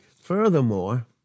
Furthermore